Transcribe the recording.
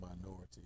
minority